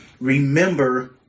Remember